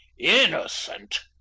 innocent?